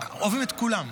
אוהבים את כולם.